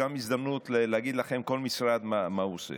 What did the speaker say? הקשר שלנו עם ירדן הוא דרמטי לביטחון הלאומי של מדינת